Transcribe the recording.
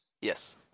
Yes